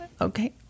okay